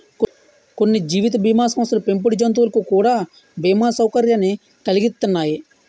కొన్ని జీవిత బీమా సంస్థలు పెంపుడు జంతువులకు కూడా బీమా సౌకర్యాన్ని కలిగిత్తన్నాయి